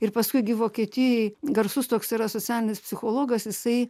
ir paskui gi vokietijoj garsus toks yra socialinis psichologas jisai